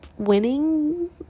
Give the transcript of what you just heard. winning